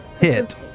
hit